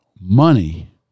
money